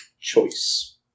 Choice